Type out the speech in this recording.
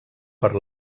per